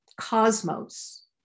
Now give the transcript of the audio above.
cosmos